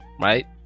right